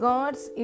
God's